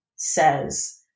says